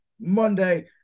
Monday